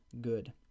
good